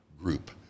group